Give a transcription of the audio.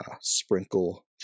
sprinkle